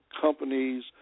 companies